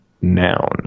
Noun